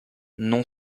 non